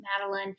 Madeline